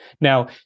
Now